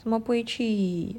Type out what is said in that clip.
什么不会去